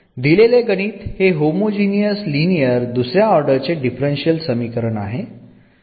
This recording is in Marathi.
दिलेले गणित हे होमोजीनियस लिनियर दुसऱ्या ऑर्डर चे डिफरन्शियल समीकरण आहे